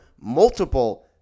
multiple